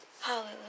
Hallelujah